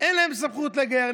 אין סמכות לגייר.